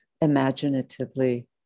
imaginatively